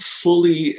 fully